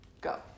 Go